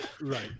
Right